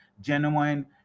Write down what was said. genuine